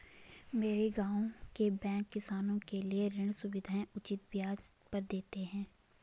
मेरे गांव के बैंक किसानों के लिए ऋण सुविधाएं उचित ब्याज पर देते हैं